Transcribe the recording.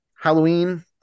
halloween